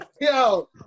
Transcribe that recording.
Yo